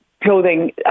clothing